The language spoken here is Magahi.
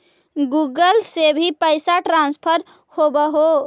गुगल से भी पैसा ट्रांसफर होवहै?